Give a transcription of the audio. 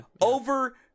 over